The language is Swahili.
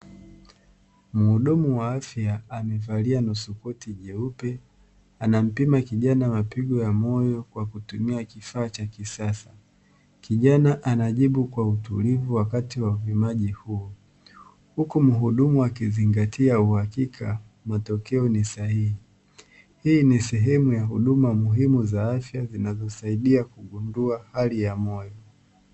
Mhudumu wa afya amevalia nusu koti jeupe, anampima kijana mapigo ya moyo kwa kutumia kifaa cha kisasa. Kijana anajibu kwa utulivu wakati wa upimaji huo, huku mhudumu akizingatia uhakika matokeo ni sahihi. Hii ni sehemu ya huduma muhimu za afya zinazosaidia kugundua hali ya moyo.